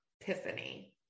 Epiphany